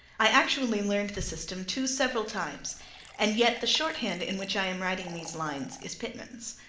i actually learned the system two several times and yet the shorthand in which i am writing these lines is pitman's.